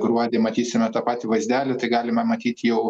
gruodį matysime tą patį vaizdelį tai galima matyt jau